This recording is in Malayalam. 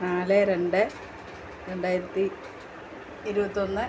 നാല് രണ്ട് രണ്ടായിരത്തി ഇരുപത്തിയൊന്ന്